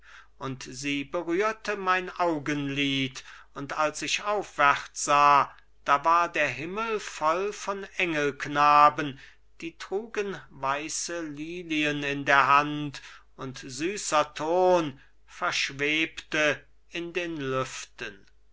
und sie berührte mein augenlid und als ich aufwärts sah da war der himmel voll von engelknaben die trugen weiße lilien in de hand und süßer ton verschwebte in den lüften